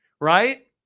Right